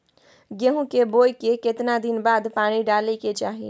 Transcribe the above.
गेहूं के बोय के केतना दिन बाद पानी डालय के चाही?